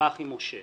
ומזרחי משה.